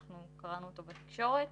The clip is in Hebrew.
ואנחנו קראנו אותו בתקשורת,